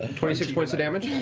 ah twenty six points of damage.